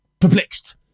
perplexed